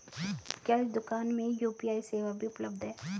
क्या इस दूकान में यू.पी.आई सेवा भी उपलब्ध है?